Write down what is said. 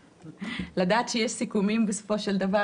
לדעת שיש סיכומים בסופו דבר,